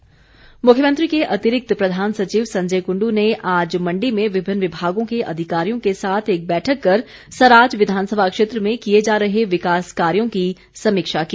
संजय कुंड मुख्यमंत्री के अतिरिक्त प्रधान सचिव संजय कुंडू ने आज मण्डी में विभिन्न विभागों के अधिकारियों के साथ एक बैठक कर सराज विधानसभा क्षेत्र में किए जा रहे विकास कार्यों की समीक्षा की